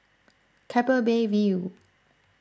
Keppel Bay View